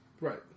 Right